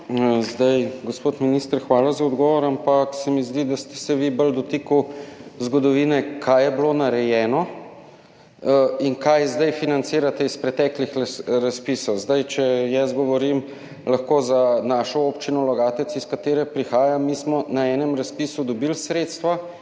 Gospod minister, hvala za odgovor, ampak se mi zdi, da ste se vi bolj dotikali zgodovine, kaj je bilo narejeno in kaj zdaj financirate iz preteklih razpisov. Če lahko jaz zdaj govorim za našo občino Logatec, iz katere prihajam, mi smo na enem razpisu dobili sredstva,